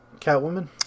Catwoman